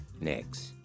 next